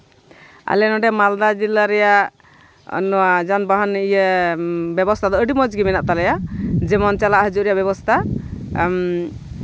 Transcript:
ᱟᱞᱮ ᱱᱚᱰᱮ ᱢᱟᱞᱫᱟ ᱡᱮᱞᱟ ᱨᱮᱭᱟᱜ ᱱᱚᱣᱟ ᱡᱟᱱᱵᱟᱦᱚᱱ ᱤᱭᱟᱹ ᱵᱮᱵᱚᱥᱛᱷᱟ ᱫᱚ ᱟᱹᱰᱤ ᱢᱚᱡᱽ ᱜᱮ ᱢᱮᱱᱟᱜ ᱛᱟᱞᱮᱭᱟ ᱡᱮᱢᱚᱱ ᱪᱟᱞᱟᱜ ᱦᱤᱡᱩᱜ ᱨᱮᱭᱟᱜ ᱵᱮᱵᱚᱥᱛᱷᱟ ᱟᱨ